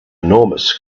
enormous